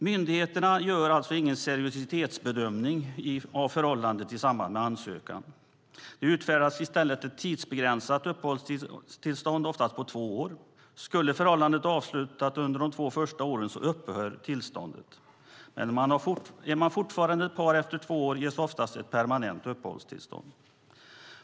Myndigheterna gör ingen seriositetsbedömning av förhållandet i samband med ansökan. Det utfärdas i stället ett tidsbegränsat uppehållstillstånd oftast på två år. Skulle förhållandet avslutas under de två första åren upphör tillståndet. Men är man fortfarande ett par efter två år ges oftast ett permanent uppehållstillstånd.